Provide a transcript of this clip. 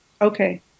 Okay